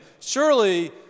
surely